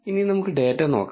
ഇനി നമുക്ക് ഡാറ്റ നോക്കാം